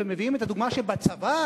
ומביאים את הדוגמה שבצבא,